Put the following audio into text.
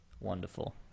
Wonderful